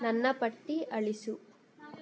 ನನ್ನ ಪಟ್ಟಿ ಅಳಿಸು